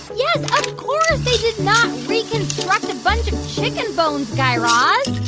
yes, of course they did not reconstruct a bunch of chicken bones, guy raz